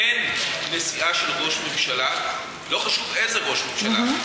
אין נסיעה של ראש ממשלה, לא חשוב איזה ראש ממשלה,